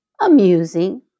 Amusing